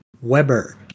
Weber